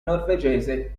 norvegese